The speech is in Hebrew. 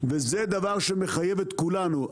וזה דבר שמחייב את כולנו.